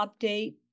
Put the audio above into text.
update